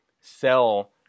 sell